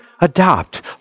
adopt